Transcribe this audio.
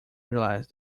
realize